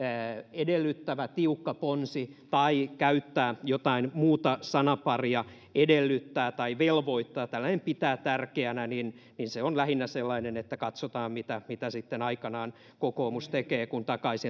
edellyttävä tiukka ponsi tai käyttää jotain muuta sanaa edellyttää tai velvoittaa tällainen pitää tärkeänä on lähinnä sellainen että katsotaan mitä sitten aikanaan kokoomus tekee kun takaisin